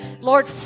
Lord